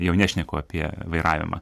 jau nešneku apie vairavimą